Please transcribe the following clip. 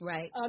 Right